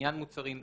לעניין מוצרים אלה,